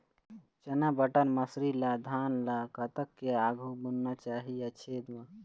चना बटर मसरी ला धान ला कतक के आघु बुनना चाही या छेद मां?